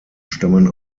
stammen